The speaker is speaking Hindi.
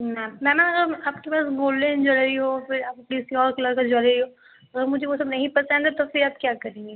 मैम मैम अगर आपके पास गोल्डेन ज्वेलरी हो फिर आप किसी और कलर का ज्वेलरी हो अगर मुझे वो सब नही पसंद है तो फिर आप क्या करेंगी